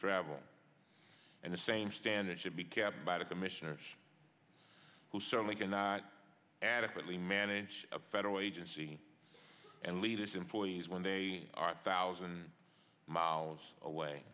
travel and the same standard should be kept by the commissioner who certainly cannot adequately manage a federal agency and lead employees when they are thousand miles away